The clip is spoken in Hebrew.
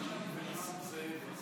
מיכל.